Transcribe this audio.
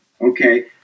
Okay